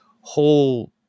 whole